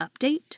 update